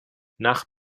nach